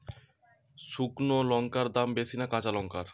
শুক্নো লঙ্কার দাম বেশি না কাঁচা লঙ্কার?